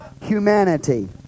humanity